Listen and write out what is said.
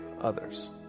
others